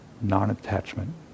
non-attachment